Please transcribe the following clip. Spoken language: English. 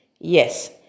Yes